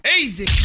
easy